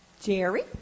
Jerry